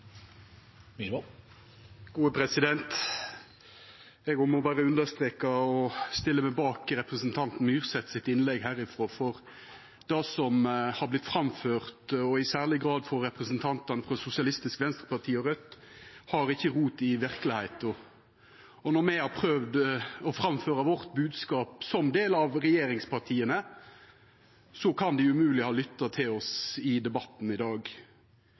president. Eg òg må berre understreka og stilla meg bak representanten Myrseths innlegg herifrå, for det som har vorte framført, og i særleg grad frå representantane frå SV og Raudt, har ikkje rot i verkelegheita. Når me, som del av regjeringspartia, har prøvd å framføra bodskapen vår, kan dei umogleg ha lytta til oss i debatten i dag.